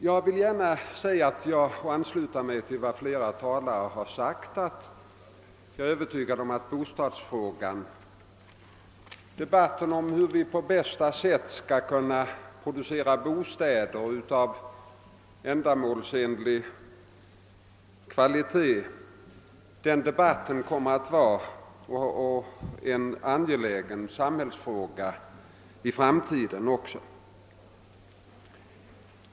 Jag vill gärna säga — och härvid ansluter jag mig till flera tidigare talare — att jag är övertygad om att frågan hur vi på bästa sätt skall kunna producera bostäder av ändamålsenlig kvalitet kommer att vara en angelägen samhällsfråga även i framtiden.